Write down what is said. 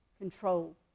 control